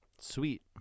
Sweet